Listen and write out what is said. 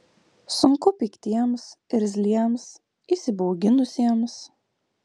sunku piktiems irzliems įsibauginusiems